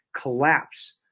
collapse